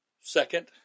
Second